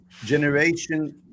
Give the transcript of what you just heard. generation